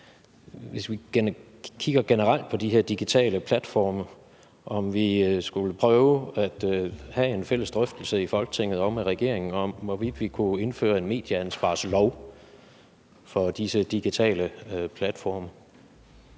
hvis vi kigger generelt på de her digitale platforme, skulle prøve at have en fælles drøftelse her i Folketinget og med regeringen, i forhold til om vi kunne indføre en medieansvarslov for disse digitale platforme.